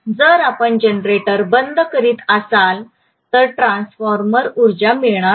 जर आपण जनरेटर बंद करीत असाल तर ट्रान्सफॉर्मर उर्जा मिळणार नाही